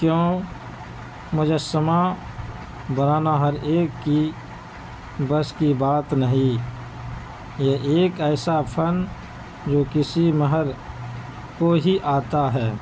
کیوں مجسمہ بنانا ہر ایک کی بس کی بات نہیں یہ ایک ایسا فن جو کسی مہر کو ہی آتا ہے